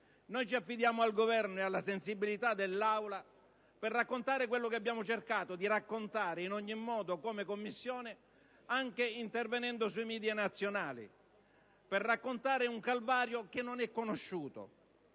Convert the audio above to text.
Ci affidiamo al Governo e alla sensibilità dell'Aula per raccontare quello che abbiamo cercato di raccontare in ogni modo come Commissione, anche intervenendo sui *media* nazionali. Mi riferisco a un calvario che non è conosciuto